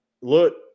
look